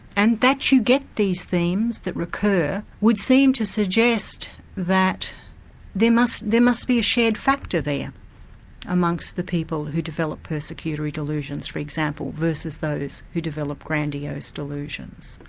and that you get these themes that recur would seem to suggest that there must there must be a shared factor there amongst the people who develop persecutory delusions, for example, versus who develop grandiose delusions.